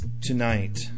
tonight